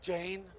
Jane